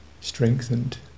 strengthened